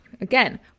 again